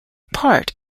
part